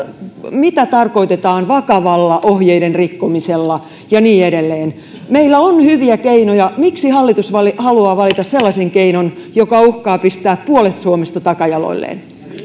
mitä tarkoitetaan vakavalla ohjeiden rikkomisella ja niin edelleen meillä on hyviä keinoja miksi hallitus haluaa valita sellaisen keinon joka uhkaa pistää puolet suomesta takajaloilleen